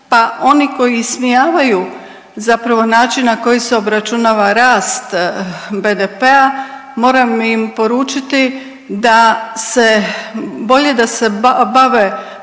Pa oni koji ismijavaju zapravo način na koji se obračunava rast BDP-a moram im poručiti da se, bolje da